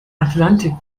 atlantik